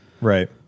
Right